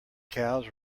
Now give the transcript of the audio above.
cows